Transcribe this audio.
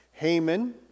Haman